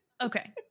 Okay